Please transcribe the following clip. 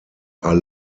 are